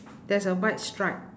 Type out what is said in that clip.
there's a white stripe